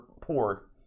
port